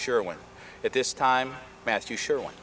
sure when at this time matthew sure one